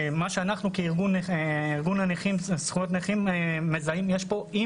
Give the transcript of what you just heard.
בארגון זכויות הנכים אנחנו מזהים בעיה של אי